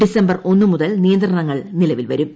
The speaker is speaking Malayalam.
ഡിസംബർ ഒന്ന് മുതൽ നിയന്ത്രണങ്ങൾ നിലവിൽ വരും